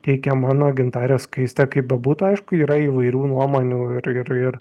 teikiama na o gintarė skaistė kaip bebūtų aišku yra įvairių nuomonių ir ir ir